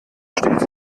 steht